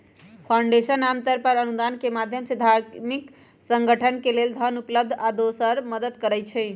foundation आमतौर पर अनुदान के माधयम से धार्मिक संगठन के लेल धन उपलब्ध आ दोसर मदद करई छई